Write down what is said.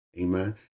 Amen